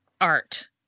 art